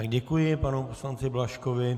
Děkuji panu poslanci Blažkovi.